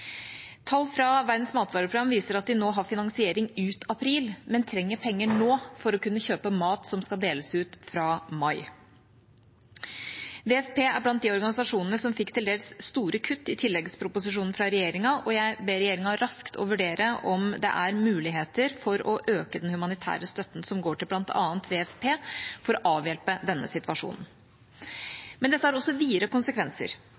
Tall fra Verdens matvareprogram viser at de nå har finansiering ut april, men trenger penger nå for å kunne kjøpe mat som skal deles ut fra mai. WFP er blant de organisasjonene som fikk til dels store kutt i tilleggsproposisjonen fra regjeringa, og jeg ber regjeringa raskt å vurdere om det er muligheter for å øke den humanitære støtten som går til bl.a. WFP, for å avhjelpe denne situasjonen. Men dette har også videre konsekvenser.